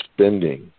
spending